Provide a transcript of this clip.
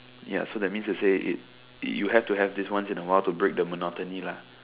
ya that means to say that you have to have this once in a while to break the monotony lah